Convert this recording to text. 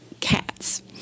cats